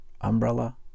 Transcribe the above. Umbrella